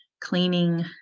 cleaning